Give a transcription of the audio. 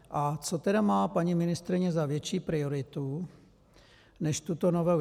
A co tedy má paní ministryně za větší prioritu než tuto novelu?